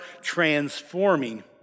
transforming